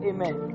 Amen